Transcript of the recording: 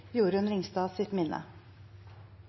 Jorunn Ringstad